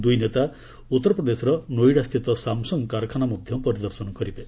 ଦୁଇ ନେତା ଉତ୍ତରପ୍ରଦେଶର ନୋଇଡାସ୍ଥିତ ସାମ୍ସଙ୍ଗ୍ କାରଖାନା ମଧ୍ୟ ପରିଦର୍ଶନ କରିବେ